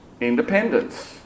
Independence